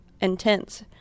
intense